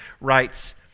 writes